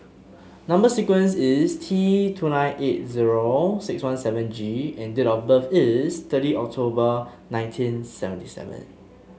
number sequence is T two nine eight zero six one seven G and date of birth is thirty October nineteen seventy seven